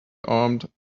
armed